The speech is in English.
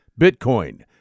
Bitcoin